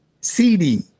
CD